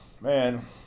man